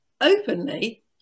openly